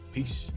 Peace